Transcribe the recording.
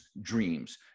dreams